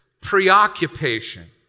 preoccupation